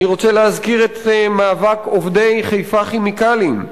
אני רוצה להזכיר את מאבק עובדי "חיפה כימיקלים",